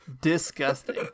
disgusting